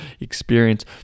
experience